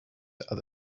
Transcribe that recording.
are